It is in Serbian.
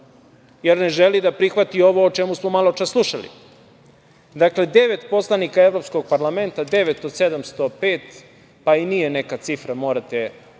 jer ne želi da prihvati ovo o čemu smo maločas slušali. Dakle, devet poslanika Evropskog parlamenta, devet od 705, pa i nije neka cifra morate priznati,